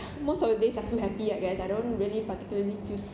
most of the days I feel happy I guess I don't really particularly feel